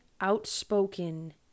outspoken